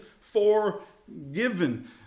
forgiven